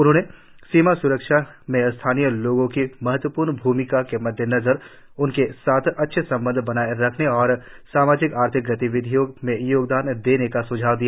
उन्होंने सीमा स्रक्षा में स्थानीय लोगों की महत्वपूर्ण भूमिका के मद्देनजर उनके साथ अच्छे संबंध बनाए रखने और सामाजिक आर्थिक गतिविधियों में योगदान देने का सुझाव दिया